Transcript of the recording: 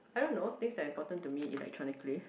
I don't know thing like important to me electronically